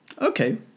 Okay